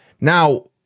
Now